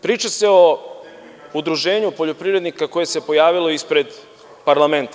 Priča se o udruženju poljoprivrednika koje se pojavilo ispred parlamenta.